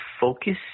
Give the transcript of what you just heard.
focus